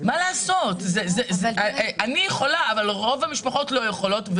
מה לעשות, אני יכולה אבל רוב המשפחות לא יכולות.